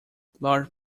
large